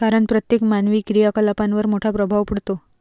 कारण प्रत्येक मानवी क्रियाकलापांवर मोठा प्रभाव पडतो